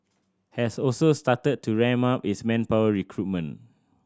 has also started to ramp up its manpower recruitment